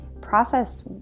process